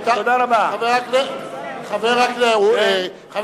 חבר הכנסת גפני, חשבתי שאתה עושה קריאת ביניים.